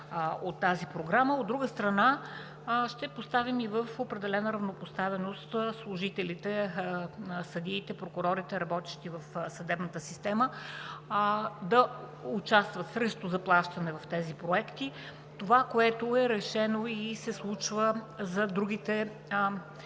От друга страна, ще поставим и в определена равнопоставеност служителите, съдиите, прокурорите, работещи в съдебната система, да участват срещу заплащане в тези проекти – това, което е решено и се случва за другите